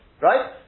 Right